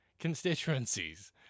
constituencies